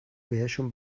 بهشون